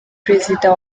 perezida